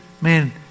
man